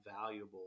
valuable